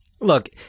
look